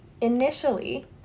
Initially